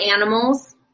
animals